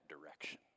direction